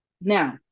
Now